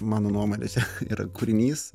mano nuomone čia yra kūrinys